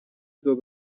izo